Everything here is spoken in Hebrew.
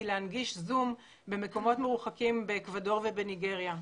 להנגיש זום במקומות מרוחקים כמו אקוודור וניגריה.